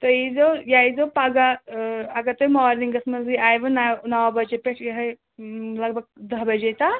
تۅہہِ ییٖزِیٚو یا یِیٖزِیٚو پَگاہ اَگَر تۅہہِ مارنِنٛگَس منٛز آیوٕ نیہِ نَو بَجِے پیٚٹھ یِہَے لَگ بگ دَہ بَجے تام